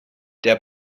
der